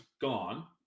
gone